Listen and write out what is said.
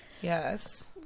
Yes